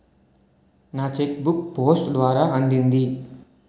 నా cheque book post ద్వారా అందింది